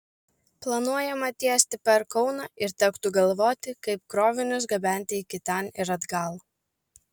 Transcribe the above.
planuojama tiesti per kauną ir tektų galvoti kaip krovinius gabenti iki ten ir atgal